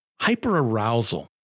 hyperarousal